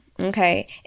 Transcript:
Okay